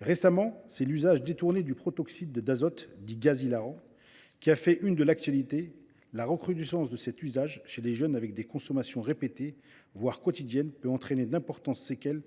Récemment, c’est l’usage détourné du protoxyde d’azote, dit gaz hilarant, qui a fait la une de l’actualité. La recrudescence de cet usage chez les jeunes avec des consommations répétées, voire quotidiennes, peut entraîner d’importantes séquelles.